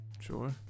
Sure